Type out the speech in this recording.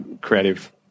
creative